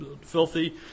filthy